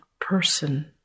person